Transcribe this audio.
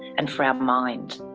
and for our mind.